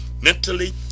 mentally